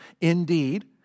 Indeed